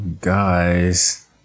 guys